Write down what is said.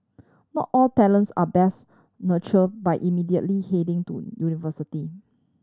not all talents are best nurture by immediately heading to university